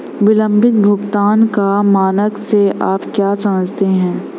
विलंबित भुगतान का मानक से आप क्या समझते हैं?